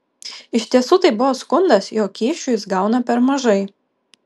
iš tiesų tai buvo skundas jog kyšių jis gauna per mažai